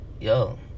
Yo